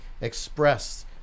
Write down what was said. express